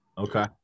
Okay